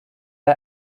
على